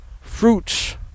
Fruits